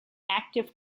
active